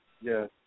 yes